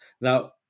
Now